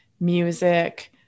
music